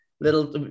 little